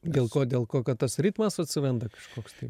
dėl ko dėl ko kad tas ritmas atsiranda kažkoks tai